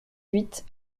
huit